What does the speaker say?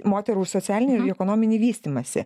moterų socialinį ir ekonominį vystymąsi